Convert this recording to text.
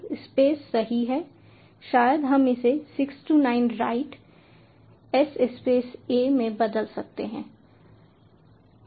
तो स्पेस सही है शायद हम इसे 629 राइट s स्पेस a में बदल सकते हैं